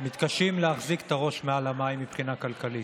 מתקשים להחזיק את הראש מעל המים מבחינה כלכלית,